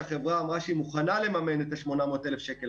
שהחברה מוכנה לממן את ה-800,000 שקל.